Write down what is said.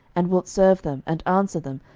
and wilt serve them, and answer them,